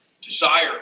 desire